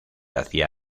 hacía